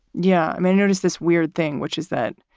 yeah. i mean, here is this weird thing, which is that.